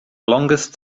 longest